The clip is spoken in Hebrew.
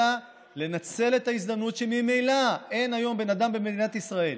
אלא לנצל את ההזדמנות שממילא אין היום בן אדם במדינת ישראל